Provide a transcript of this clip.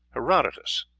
herodotus,